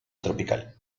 tropical